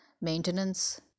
maintenance